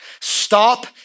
stop